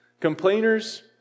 Complainers